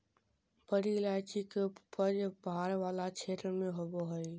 बड़ी इलायची के उपज पहाड़ वाला क्षेत्र में होबा हइ